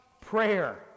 prayer